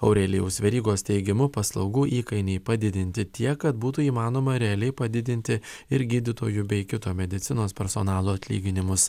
aurelijaus verygos teigimu paslaugų įkainiai padidinti tiek kad būtų įmanoma realiai padidinti ir gydytojų bei kito medicinos personalo atlyginimus